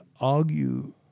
argue